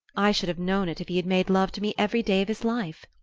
i should have known it if he had made love to me every day of his life.